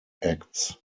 acts